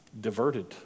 diverted